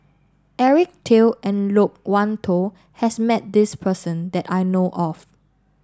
Eric Teo and Loke Wan Tho has met this person that I know of